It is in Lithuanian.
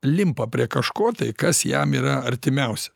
limpa prie kažko tai kas jam yra artimiausia